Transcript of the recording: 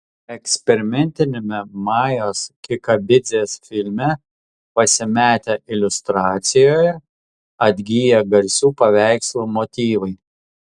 eksperimentiniame majos kikabidzės filme pasimetę iliustracijoje atgyja garsių paveikslų motyvai